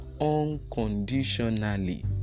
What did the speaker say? unconditionally